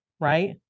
right